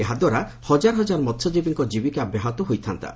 ଏହା ଦ୍ୱାରା ହଜାର ହଜାର ମହ୍ୟଜୀବୀ ଏକ ଜୀବିକା ବ୍ୟାହତ ହୋଇଥାଆନ୍ତା